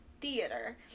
theater